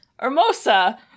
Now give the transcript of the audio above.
Hermosa